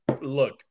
look